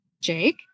Jake